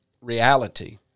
reality